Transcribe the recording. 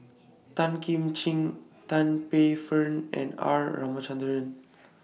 Tan Kim Ching Tan Paey Fern and R Ramachandran